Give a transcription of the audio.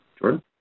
Jordan